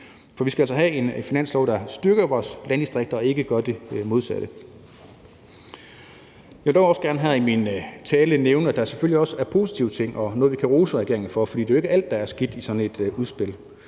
for vi skal altså have en finanslov, der styrker vores landdistrikter og ikke gør det modsatte. Jeg vil dog også gerne her i min tale nævne, at der selvfølgelig også er positive ting og noget, vi kan rose regeringen for, for det er jo ikke alt i sådan et udspil,